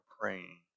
praying